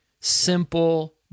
simple